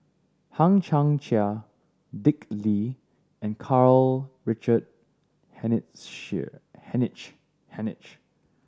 Hang Chang Chieh Dick Lee and Karl Richard Hanitsch Hanitsch